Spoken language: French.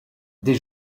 des